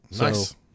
Nice